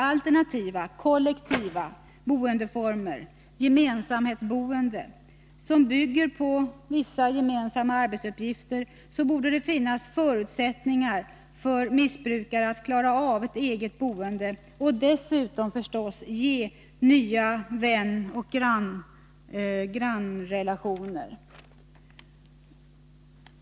Alternativa, kollektiva boendeformer, ett boende som bygger på vissa gemensamma arbetsuppgifter, borde kunna skapa förutsättningar för missbrukare att klara av ett eget boende och dessutom förstås ge nya vänoch grannrelationer.